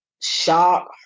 Shock